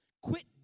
Quit